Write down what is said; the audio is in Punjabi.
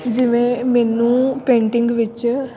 ਜਿਵੇਂ ਮੈਨੂੰ ਪੇਂਟਿੰਗ ਵਿੱਚ